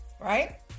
Right